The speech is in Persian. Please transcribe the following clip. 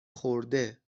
خورده